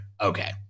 okay